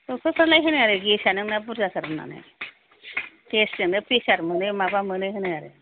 doctor फोरालाय होनो आरो गेस आ नोंना बुरजाथार होननानै गेस जोंनो प्रेसार मोनो माबा मोनो होनो आरो